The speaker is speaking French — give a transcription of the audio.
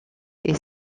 est